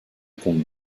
compte